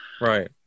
right